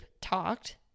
talked